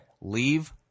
leave